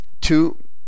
two